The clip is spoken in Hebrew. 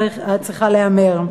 צריכה להיאמר.